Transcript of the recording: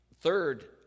Third